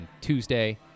Tuesday